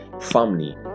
family